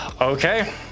Okay